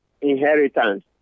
inheritance